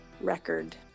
record